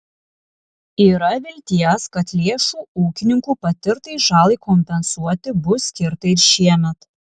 yra vilties kad lėšų ūkininkų patirtai žalai kompensuoti bus skirta ir šiemet